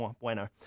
bueno